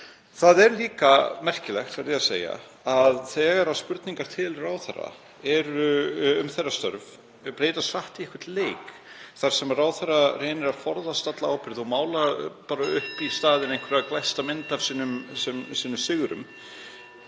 Það er líka merkilegt, verð ég að segja, þegar spurningar til ráðherra um þeirra störf breytast hratt í einhvern leik þar sem ráðherrar reyna að forðast alla ábyrgð og mála bara í staðinn upp einhverja glæsta mynd af sigrum